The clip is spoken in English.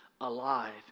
alive